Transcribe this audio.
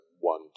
one